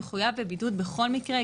הוא חייב בבידוד בכל מקרה,